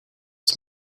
its